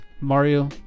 Mario